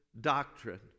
doctrine